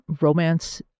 romance